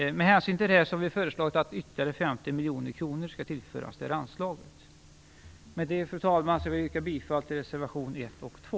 Med hänsyn till detta har vi föreslagit att ytterligare 50 miljoner kronor skall tillföras detta anslag. Med det, fru talman, vill jag yrka bifall till reservation 1 och 2.